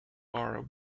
are